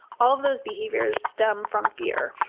all of those behaviors stem from fear.